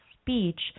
speech